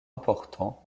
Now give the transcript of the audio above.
important